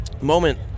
moment